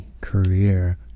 career